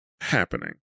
happening